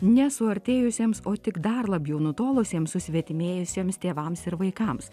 ne suartėjusiems o tik dar labiau nutolusiems susvetimėjusiems tėvams ir vaikams